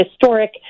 historic